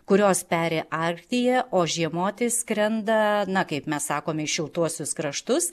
kurios peri arktyje o žiemoti skrenda na kaip mes sakome į šiltuosius kraštus